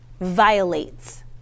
violates